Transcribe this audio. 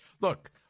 Look